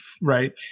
right